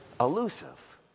elusive